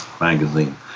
magazine